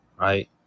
right